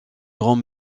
grand